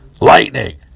Lightning